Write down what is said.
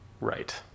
Right